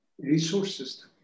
resources